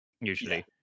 usually